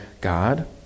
God